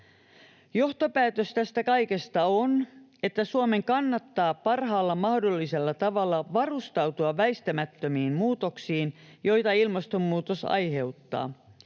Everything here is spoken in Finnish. Johtopäätös tästä kaikesta on se, että Suomen kannattaa parhaalla mahdollisella tavalla varustautua väistämättömiin muutoksiin, joita ilmastonmuutos aiheuttaa,